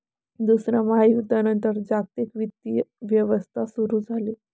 दुसऱ्या महायुद्धानंतर जागतिक वित्तीय व्यवस्था सुरू झाली